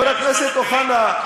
חבר הכנסת אוחנה,